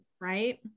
Right